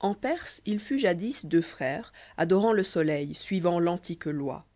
en perse il fût jadis deux frères adorant le soleil suivant l'antique loi